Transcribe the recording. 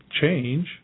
Change